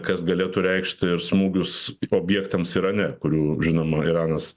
kas galėtų reikšti ir smūgius objektams irane kurių žinoma iranas